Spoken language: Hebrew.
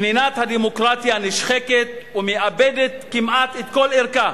פנינת הדמוקרטיה נשחקת ומאבדת כמעט את כל ערכה